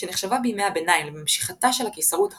שנחשבה בימי הביניים לממשיכתה של הקיסרות הרומית,